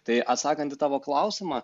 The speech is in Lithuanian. tai atsakant į tavo klausimą